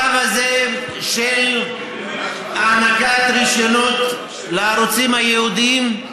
במצב הזה של הענקת רישיונות לערוצים הייעודיים,